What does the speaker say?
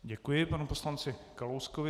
Děkuji panu poslanci Kalouskovi.